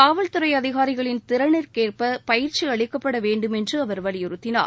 காவல் துறை அதிகாரிகளின் திறனுக்கேற்ப பயிற்சி அளிக்கப்பட வேண்டுமென்று அவர் வலியுறுத்தினார்